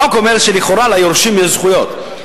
החוק אומר שלכאורה ליורשים יש זכויות.